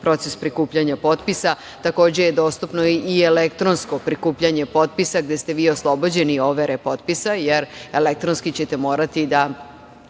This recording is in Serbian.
proces prikupljanja potpisa. Takođe je dostupno o elektronsko prikupljanje potpisa, gde ste vi oslobođeni overe potpisa, jer elektronski ćete morati da